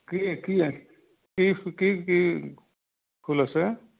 কি কি কি কি ফুল আছে